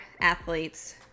athletes